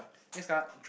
next card